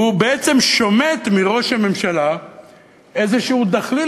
והוא בעצם שומט מראש הממשלה איזה דחליל